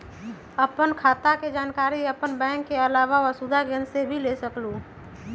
आपन खाता के जानकारी आपन बैंक के आलावा वसुधा केन्द्र से भी ले सकेलु?